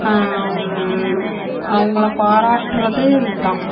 அவங்கள பாராட்டுவது இதுதான்